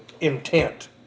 intent